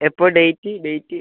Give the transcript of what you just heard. എപ്പോൾ date date